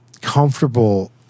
comfortable